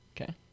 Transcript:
Okay